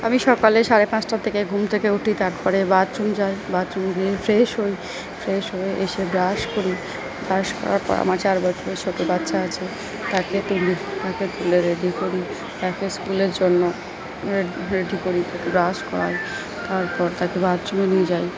আমি সকালে সাড়ে পাঁচটা থেকে ঘুম থেকে উঠি তারপরে বাথরুম যাই বাথরুম গিয়ে ফ্রেশ হই ফ্রেশ হয়ে এসে ব্রাশ করি ব্রাশ করার পর আমার চার বছরের ছোটো বাচ্চা আছে তাকে তুলি তাকে তুলে রেডি করি তাকে স্কুলের জন্য রেডি করি তাকে ব্রাশ করাই তারপর তাকে বাথরুমে নিয়ে যাই